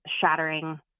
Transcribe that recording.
shattering